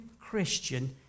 Christian